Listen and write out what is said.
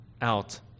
out